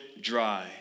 dry